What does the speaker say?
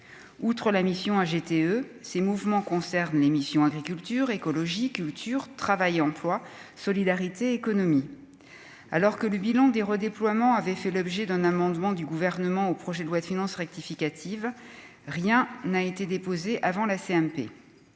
outre la mission a GTE ces mouvements concerne l'émission agriculture écologique culture travail emploi solidarité économie alors que le bilan des redéploiements avait fait l'objet d'un amendement du gouvernement au projet de loi de finances rectificative, rien n'a été déposée avant la CMP